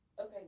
Okay